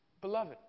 beloved